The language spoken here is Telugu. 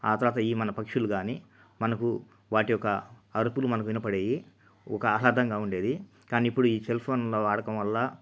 ఆ తర్వాత ఈ మన పక్షులు కానీ మనకు వాటి యొక్క అరుపులు మనకు వినబడేవి ఒక ఆహ్లాదంగా ఉండేది కానీ ఇప్పుడు ఈ సెల్ ఫోన్ల వాడకం వల్ల